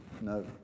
no